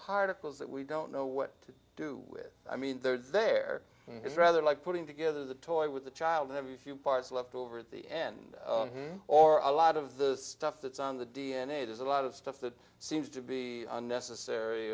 particles that we don't know what to do with i mean there are there is rather like putting together the toy with a child every few parts left over at the end or a lot of the stuff that's on the d n a there's a lot of stuff that seems to be unnecessary